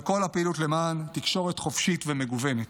על כל הפעילות למען תקשורת חופשית ומגוונת.